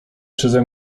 przeze